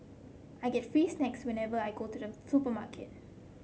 I get free snacks whenever I go to the supermarket